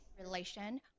relation